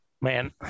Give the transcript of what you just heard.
man